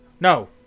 no